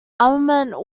armament